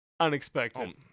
unexpected